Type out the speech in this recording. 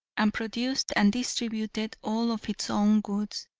and produced and distributed all of its own goods.